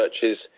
churches